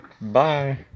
bye